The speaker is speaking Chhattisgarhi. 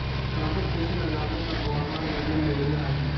पातल कइसे लगाबो ता ओहार वजन बेडिया आही?